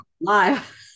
live